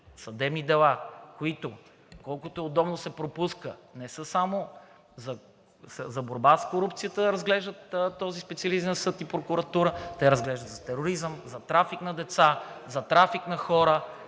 съдебни дела, които, колкото и удобно да се пропуска, не са само за борба с корупцията, които разглежда този Специализиран съд и прокуратура, те разглеждат за тероризъм, за трафик на деца, за трафик на хора,